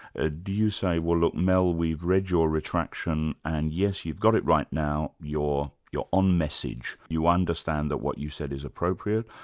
ah do you say, well look mel, we've read your retraction, and yes, you've got it right now, you're on message, you understand that what you said is appropriate'.